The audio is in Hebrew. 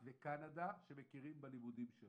מכירים בלימודים של